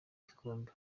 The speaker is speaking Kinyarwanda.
igikombe